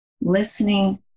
listening